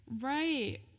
right